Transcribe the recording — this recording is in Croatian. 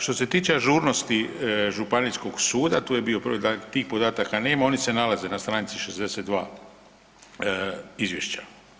Što se tiče ažurnosti županijskog suda tu je bio problem da tih podataka nema oni se nalaze na stranici 62 izvješća.